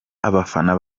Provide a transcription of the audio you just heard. abafana